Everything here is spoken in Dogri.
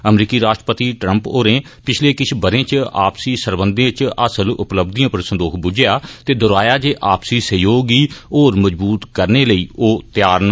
अमरीकी राष्ट्रपति द्रम्प होरें पिच्छले किश बरें इच आपसी सरबंधें इच हासल उपलब्धिए पर संदोख बुज्झेआ ते दौहराया जे आपसी सहयोग गी होर मजबूत करने लेई ओह तैयार न